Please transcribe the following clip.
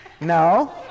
No